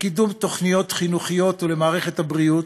לקידום תוכניות חינוכיות ולמערכת הבריאות,